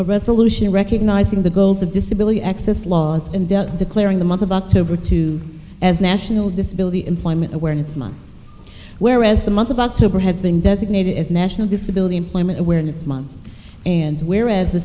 real resolution recognizing the goals of disability access laws and declaring the month of october to as national disability employment awareness month whereas the month of october has been designated as national disability employment awareness month and whereas the